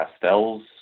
pastels